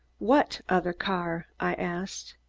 what other car? i asked.